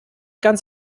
ganz